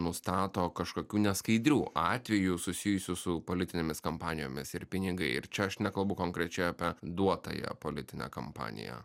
nustato kažkokių neskaidrių atvejų susijusių su politinėmis kampanijomis ir pinigai ir čia aš nekalbu konkrečiai apie duotąją politinę kampaniją